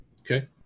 Okay